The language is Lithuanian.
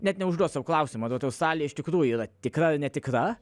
net neužduot sau klausimo ar vat australija iš tikrųjų yra tikra ar netikra